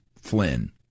Flynn